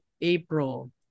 april